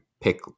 pick